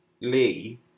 Lee